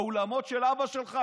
האולמות של אבא שלך?